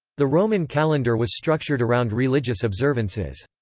the roman calendar was structured around religious observances.